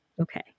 okay